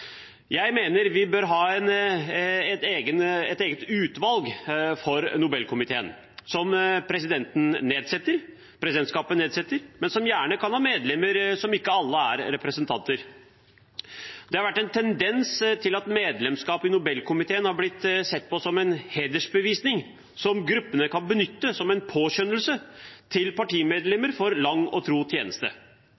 Jeg mener vi bør ha et eget utvalg for Nobelkomiteen som presidentskapet nedsetter, men som gjerne kan ha medlemmer som ikke alle er representanter. Det har vært en tendens til at medlemskap i Nobelkomiteen har blitt sett på som en hedersbevisning som gruppene kan benytte som en påskjønnelse til